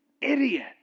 idiot